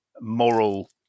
moral